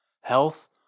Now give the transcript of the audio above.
health